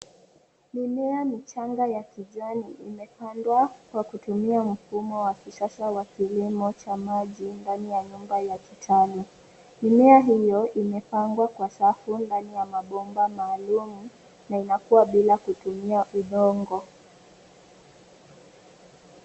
Mimea michanga ya kijani imepandwa kwa kutumia mfumo wa kisasa wa kilimo cha maji ndani ya nyuma ya kitalu. Mimea hiyo imepangwa kwa safu ndani ya mabomba maalum na inakua bila kutumia udongo.